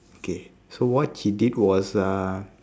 okay so what he did was uh